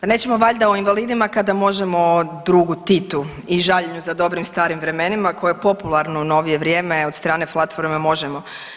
Pa nećemo valjda o invalidima kada možemo o drugu Titu i žaljenju za dobrim starim vremenima koje je popularno u novije vrijeme od strane platforme Možemo.